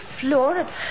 floor